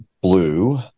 blue